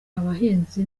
abahinzi